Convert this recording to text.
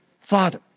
Father